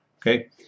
Okay